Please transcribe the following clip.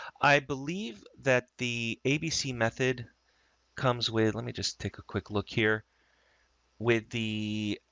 i believe that the abc method comes with, let me just take a quick look here with the,